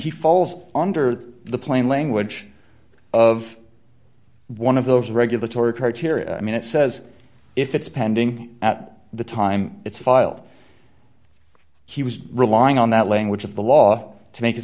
he falls under the plain language of one of those regulatory criteria i mean it says if it's pending at the time it's filed he was relying on that language of the law to make